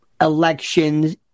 elections